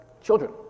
children